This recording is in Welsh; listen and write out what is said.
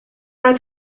oedd